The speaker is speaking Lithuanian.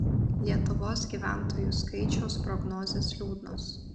lietuvos gyventojų skaičiaus prognozės liūdnos